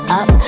up